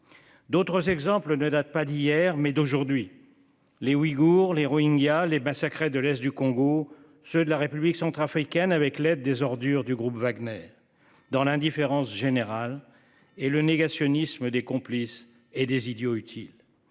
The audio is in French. D'autres exemples ne date pas d'hier mais d'aujourd'hui. Les Ouïgours les Rohingyas les massacrer de l'Est du Congo, ceux de la République centrafricaine avec l'aide des ordures du groupe Wagner dans l'indifférence générale et le négationnisme des complices et des idiots utiles.